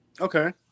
Okay